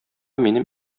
минем